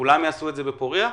כולם יעשו אותה בפורייה?